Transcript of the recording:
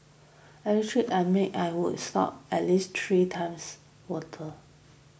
every trip I made I would stop at least three times water